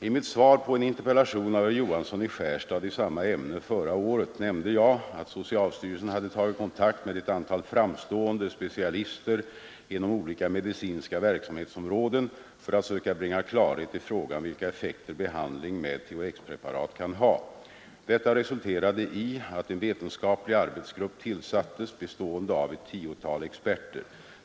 I mitt svar på en interpellation av herr Johansson i Skärstad i samma ämne förra året nämnde jag att socialstyrelsen hade tagit kontakt med ett antal framstående specialister inom olika medicinska verksamhetsområden för att söka bringa klarhet i frågan vilka effekter behandling med THX-preparat kan ha. Detta resulterade i att en vetenskaplig arbetsgrupp tillsattes, bestående av ett tiotal experter.